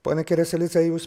ponia kereselidze jūs